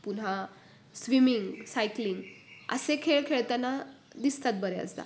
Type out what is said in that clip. पुन्हा swimming cycling असे खेळ खेळताना दिसतात बऱ्याचदा